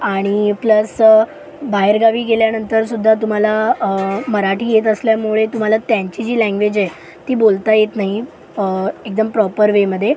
आणि प्लस बाहेरगावी गेल्यानंतर सुद्धा तुम्हाला मराठी येत असल्यामुळे तुम्हाला त्यांची जी लँग्वेज आहे ती बोलता येत नाही एकदम प्रॉपर वेमध्ये